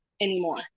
anymore